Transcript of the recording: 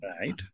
Right